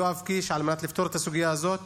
יואב קיש על מנת לפתור את הסוגיה הזאת